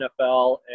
nfl